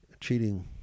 cheating